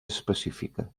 específica